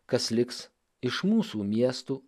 kas liks iš mūsų miestų